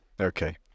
Okay